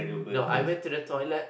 no I went to the toilet